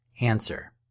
Answer